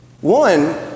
One